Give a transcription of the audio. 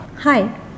Hi